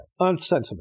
unsentiment